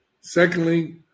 Secondly